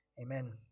Amen